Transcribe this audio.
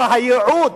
לא, הייעוד.